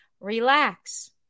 relax